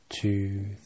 two